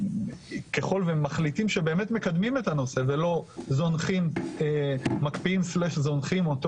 ככל ומחליטים שבאמת מקדמים את הנושא ולא זונחים/מקפיאים אותו,